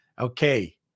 okay